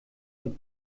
und